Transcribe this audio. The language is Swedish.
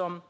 Den